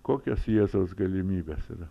kokios jėzaus galimybės yra